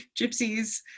gypsies